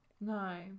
No